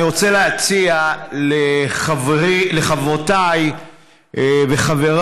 אני רוצה להציע לחברותיי וחבריי,